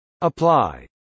Apply